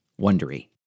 Wondery